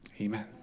Amen